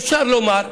אפשר לומר,